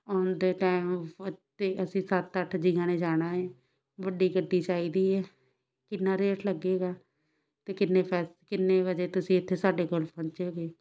ਆਉਂਦੇ ਟੈਮ ਅਤੇ ਅਸੀਂ ਸੱਤ ਅੱਠ ਜੀਆਂ ਨੇ ਜਾਣਾ ਹੈ ਵੱਡੀ ਗੱਡੀ ਚਾਹੀਦੀ ਹੈ ਕਿੰਨਾ ਰੇਟ ਲੱਗੇਗਾ ਅਤੇ ਕਿੰਨੇ ਪੈਸ ਕਿੰਨੇ ਵਜੇ ਤੁਸੀਂ ਇੱਥੇ ਸਾਡੇ ਕੋਲ ਪਹੁੰਚੋਂਗੇ